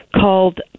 called